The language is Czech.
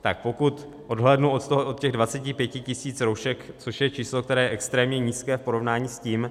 Tak pokud odhlédnu od těch 25 tisíc roušek, což je číslo, které je extrémně nízké v porovnání s tím,